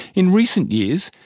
in recent years,